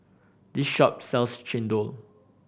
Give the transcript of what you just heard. this shop sells chendol